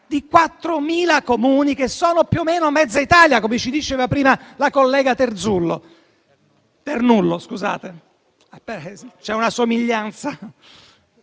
di 4.000 Comuni, che sono più o meno mezza Italia, come ci diceva prima la collega Ternullo.